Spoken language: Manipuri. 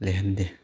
ꯂꯩꯍꯟꯗꯦ